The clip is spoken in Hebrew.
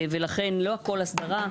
ולכן לא הכל הסדרה,